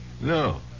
No